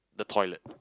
the toilet